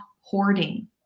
hoarding